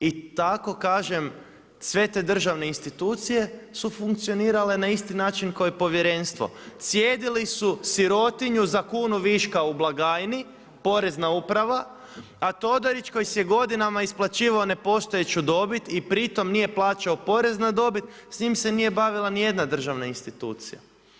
I tako kažem, sve te državne institucije su funkcionirale na isti način kao i povjerenstvo, cijedili su sirotinju za kunu viška u blagajni, porezna uprava a Todorić koji si je godinama isplaćivao nepostojeću dobit i pri tome nije plaćao porez na dobit s njime se nije bavila niti jedna državna institucija.